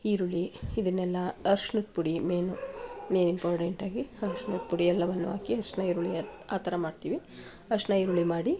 ಈರುಳ್ಳಿ ಇದನ್ನೆಲ್ಲ ಅರ್ಶ್ನದ ಪುಡಿ ಮೇಯ್ನು ಮೇಯ್ನ್ ಇಂಪಾರ್ಟೆಂಟಾಗಿ ಅರ್ಶ್ನದ ಪುಡಿ ಎಲ್ಲವನ್ನು ಹಾಕಿ ಅರಶಿನ ಈರುಳ್ಳಿ ಆ ಥರ ಮಾಡ್ತೀವಿ ಅರಶಿನ ಈರುಳ್ಳಿ ಮಾಡಿ